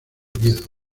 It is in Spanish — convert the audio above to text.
oviedo